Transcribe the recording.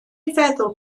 feddwl